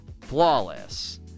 Flawless